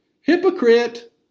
Hypocrite